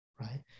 right